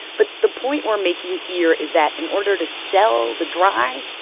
but the point we're making here is that in order to sell the dry,